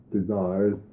desires